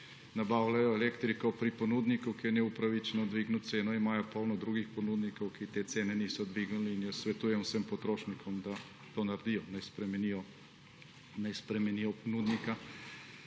nabavljajo elektriko pri ponudniku, ki je neupravičeno dvignil ceno, imajo veliko drugih ponudnikov, ki te cene niso dvignili. Jaz zato svetujem vsem potrošnikom, da to naredijo, naj spremenijo ponudnika,